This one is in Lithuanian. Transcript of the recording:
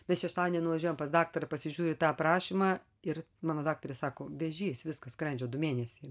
bet šeštadienį nuvažiuojam pas daktarą pasižiūri tą aprašymą ir mano daktarė sako vėžys viskas skrandžio du mėnesiai